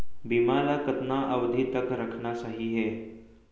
बीमा ल कतना अवधि तक रखना सही हे?